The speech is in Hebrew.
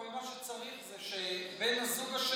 כל מה שצריך זה שבן הזוג השני,